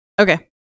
Okay